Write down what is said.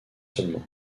seulement